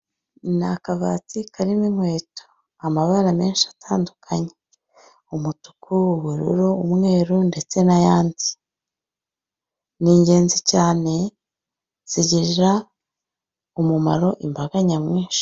Ni akabati karimo inkweto, amabara menshi atandukanye, umutuku, ubururu, umweru ndetse n'ayandi. Ni ingenzi cyane zigirira umumaro imbaga nyamwinshi.